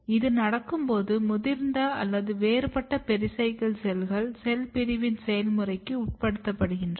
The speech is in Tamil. இது நடக்கும் போது முதிர்ந்த அல்லது வேறுபட்ட பெரிசைக்கிள் செல்கள் செல் பிரிவின் செயல்முறைக்கு உட்படுகின்றன